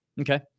Okay